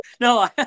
no